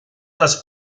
les